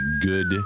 good